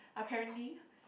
apparently